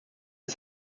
das